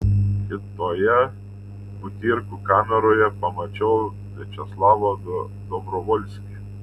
kitoje butyrkų kameroje pamačiau viačeslavą dobrovolskį